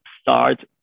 start